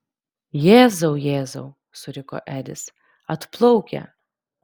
jėzau jėzau suriko edis atplaukia